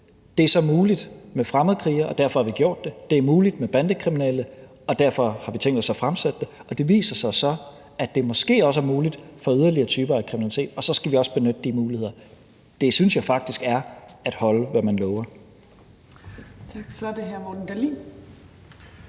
Det er så muligt med fremmedkrigere, og derfor har vi gjort det. Det er muligt med bandekriminelle, og derfor har vi tænkt os at fremsætte det forslag. Og det viser sig så, at det måske også er muligt for yderligere typer af kriminalitet, og så skal vi også benytte de muligheder. Det synes jeg faktisk er at holde, hvad man lover. Kl. 16:38 Fjerde næstformand